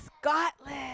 Scotland